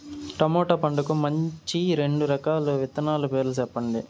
tomato పంటకు మంచి రెండు రకాల విత్తనాల పేర్లు సెప్పండి